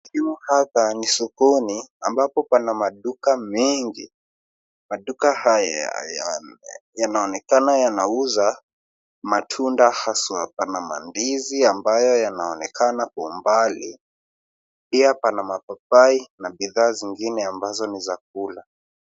Sehemu hapa ni sokoni ambapo pana maduka mengi. Maduka haya yanaonekana yanauza matunda haswa pana mandizi ambayo yanaonekana kwa umbali . Pia pana mapapai na bidhaa zingine ambazo ni za kula.